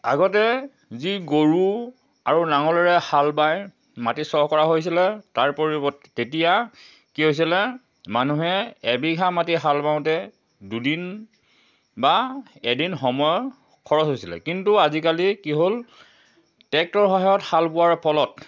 আগতে যি গৰু আৰু নাঙলেৰে হাল বাই মাটি চহ কৰা হৈছিলে তাৰ পৰিৱৰ্তে তেতিয়া কি হৈছিলে মানুহে এবিঘা মাটি হাল বাওঁতে দুদিন বা এদিন সময় খৰচ হৈছিলে কিন্তু আজিকালি কি হ'ল ট্ৰেক্টৰৰ সহায়ত হাল বোৱাৰ ফলত